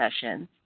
sessions